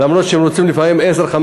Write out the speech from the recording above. למרות שהם רוצים לפעמים 10,000,